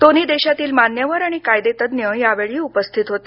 दोन्ही देशातील मान्यवर आणि कायदेतज्ज्ञ यावेळी उपस्थित होते